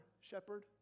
shepherd